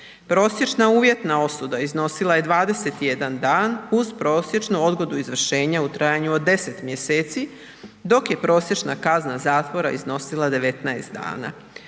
Prosječna uvjetna osuda iznosila je 21 dan uz prosječnu odgodu izvršenja u trajanju od 10 mjeseci, dok je prosječna kazna zatvora iznosila 19 dana.